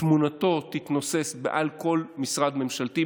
תמונתו תתנוסס בכל משרד ממשלתי,